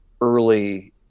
early